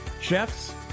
chefs